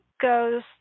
goes